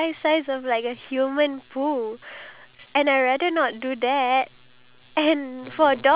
their the mother of the cat keeps on leaving the house and then coming back getting pregnant so